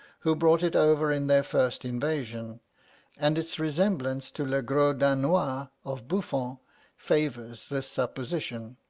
who brought it over in their first invasion and its resemblance to le gros danois of buffon favours the supposition.